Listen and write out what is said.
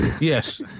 Yes